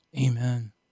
Amen